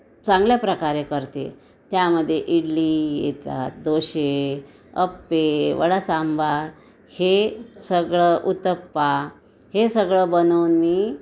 चांगल्या प्रकारे करते त्यामध्ये इडली येतात डोसे अप्पे वडासांबार हे सगळं उत्तप्पा हे सगळं बनवून मी